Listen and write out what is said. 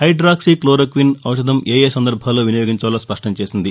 hydroxy chloroquine ఒపధం ఏఏ సందర్బాల్లో వినియోగించాలో స్పష్ణం చేసింది